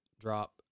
drop